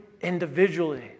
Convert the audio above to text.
individually